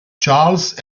charles